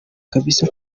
kabisa